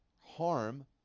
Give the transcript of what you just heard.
harm